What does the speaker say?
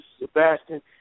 Sebastian